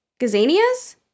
Gazanias